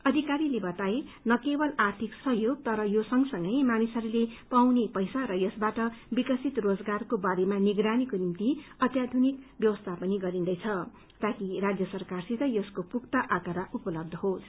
अधिकारीले बताए केवल आर्थिक मदत तर यो सँगसँगै मानिसहरूले पाउने पैसा र यसवाट विकसित रोजगारको बारेमा पनि निगरानीको निम्ति अत्याधुनिक व्यवस्था गरिन्दैछ ताकि राज्य सरकारसित यसको पुख्ता आँकड़ा उपलब्य होस्